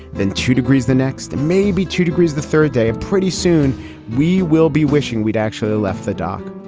then two degrees the next may be two degrees the third day. pretty soon we will be wishing we'd actually left the dock.